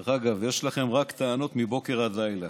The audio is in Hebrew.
דרך אגב, יש לכם רק טענות מבוקר עד לילה,